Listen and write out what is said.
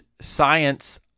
science